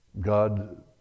God